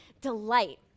delight